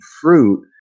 fruit